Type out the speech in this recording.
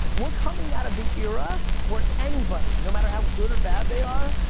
we're coming out of the era where anybody, no matter how good or bad they are,